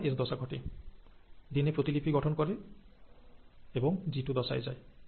তারপর এস দশা ঘটে ডিএনএ প্রতিলিপি গঠন করে এবং জিটু দশায় যায়